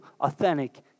authentic